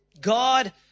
God